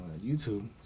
YouTube